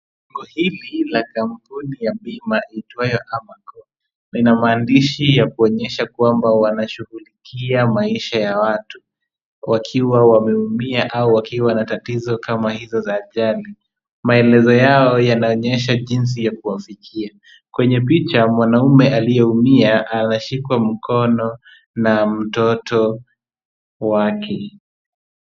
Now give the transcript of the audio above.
Bango hili la kampuni ya bima iitwayo Amaco, ina maandishi ya kuonyesha kwamba wanashughulikia maisha ya watu wakiwa wameumia au wakiwa na tatizo kama hizo za ajali. Maelezo yao yanaonyesha jinsi ya kuwafikia. Kwenye picha, mwanamume aliyeumia anashikwa mkono na mtoto wake.